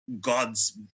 gods